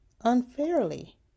unfairly